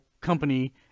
company